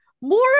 More